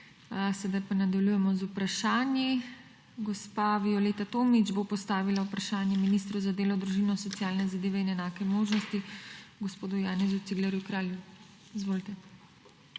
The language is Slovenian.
Sedaj pa nadaljujemo z vprašanji. Gospa Violeta Tomić bo postavila vprašanje ministru za delo, družino, socialne zadeve in enake možnosti gospodu Janezu Ciglerju Kralju. Izvolite.